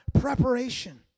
preparation